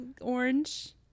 orange